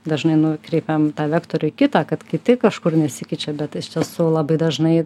dažnai nukreipiam vektorių į kitą kad kiti kažkur nesikeičia bet iš tiesų labai dažnai